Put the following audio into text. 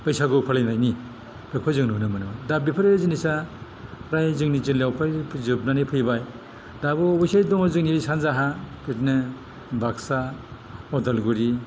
बैसागु फालिनायनि बेखौ जों नुनो मोनो दा बेफोरो जिनिसा प्राय जोंनि जिल्लायाव प्राय जोबनानै फैबाय दाबो अबयस्से दङ जोंनि सानजाहा बिदिनो बाक्सा उदालगुरि